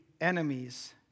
enemies